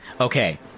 okay